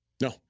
No